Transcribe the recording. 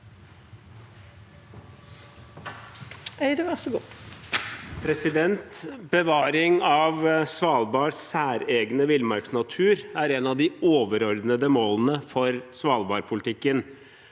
Bevaring av Svalbards særegne villmarksnatur er et av de overordnede målene for svalbardpolitikken.